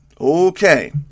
Okay